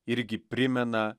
irgi primena